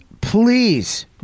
please